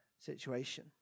situation